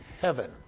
heaven